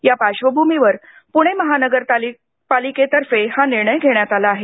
या पार्श्वभूमीवर पुणे महापालिकेतर्फे हा निर्णय घेण्यात आला आहे